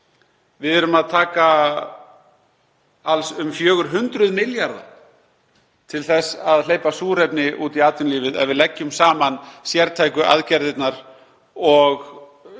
Við erum að taka alls um 400 milljarða til þess að hleypa súrefni út í atvinnulífið ef við leggjum saman sértæku aðgerðirnar og